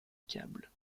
câble